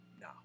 now